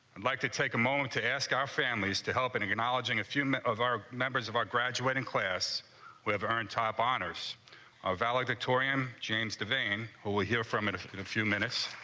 like to take a moment to ask our families to help and in your knowledge, in a few of our members of our graduating class we have earned top honors of valedictorian james the vain who ah here from and in a few minutes